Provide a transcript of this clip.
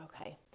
okay